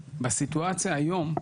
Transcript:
בסיטואציה היום,